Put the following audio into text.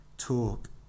talk